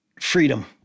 freedom